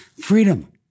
freedom